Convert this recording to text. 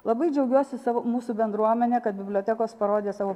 labai džiaugiuosi savo mūsų bendruomene kad bibliotekos parodė savo